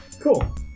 Cool